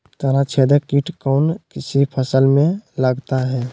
तनाछेदक किट कौन सी फसल में लगता है?